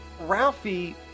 Ralphie